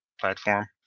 platform